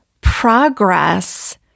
progress